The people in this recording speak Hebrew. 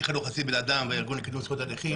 נכה לא חצי בן אדם וארגון לקידום זכויות הנכים